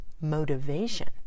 motivation